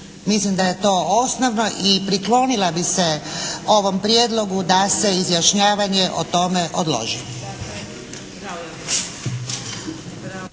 Mislim da je to osnova. I priklonila bi se ovom prijedlogu da se izjašnjavanje o tome odloži.